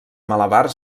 malabar